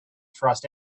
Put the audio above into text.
trust